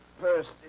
First